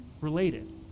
related